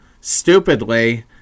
stupidly